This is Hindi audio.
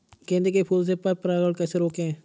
गेंदे के फूल से पर परागण कैसे रोकें?